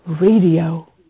Radio